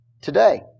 today